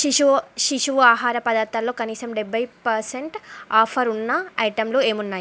శిశువు శిశువు ఆహార పదార్థాలలో కనీసం డెభై పర్సెంట్ ఆఫరు ఉన్న ఐటెంలు ఏమున్నాయి